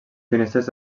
finestres